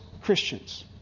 Christians